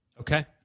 Okay